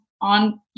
on